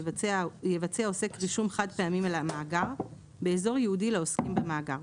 יבצע עוסק רישום חד פעמי למאגר באזור ייעודי לעוסקים במאגר,